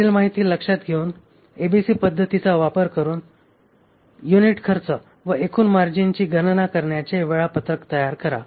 वरील माहिती लक्षात घेऊन एबीसी पध्दतीचा वापर करून युनिट खर्च व एकूण मार्जिनची गणना करण्याचे वेळापत्रक तयार करा